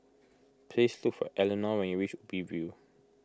please look for Elinor when you reach Ubi View